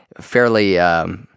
fairly